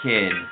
Kid